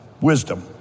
wisdom